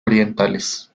orientales